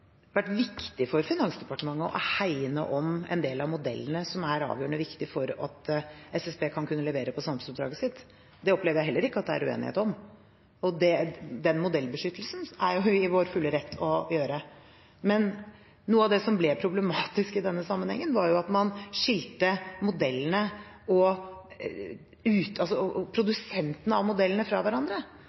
vært viktig for Finansdepartementet å hegne om en del av modellene som er avgjørende viktige for at SSB skal kunne levere på samfunnsoppdraget sitt. Det opplever jeg heller ikke at det er uenighet om. Den modellbeskyttelsen er vi i vår fulle rett til å gjøre. Men noe av det som ble problematisk i denne sammenhengen, var at man skilte modellene og produsentene av modellene fra hverandre.